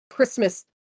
Christmas